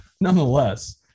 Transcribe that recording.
nonetheless